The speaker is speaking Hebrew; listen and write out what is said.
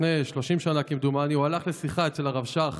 לפני 30 שנה, כמדומני, הוא הלך לשיחה אצל הרב שך,